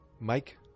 Mike